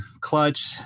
clutch